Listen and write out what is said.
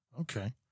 Okay